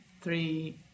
three